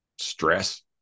stress